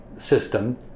system